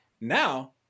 Now